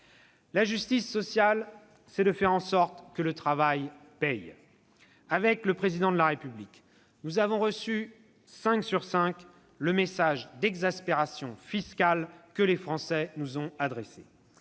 La justice sociale, c'est de faire en sorte que le travail paye. « Avec le Président de la République, nous avons reçu cinq sur cinq le message d'exaspération fiscale que les Français nous ont adressé.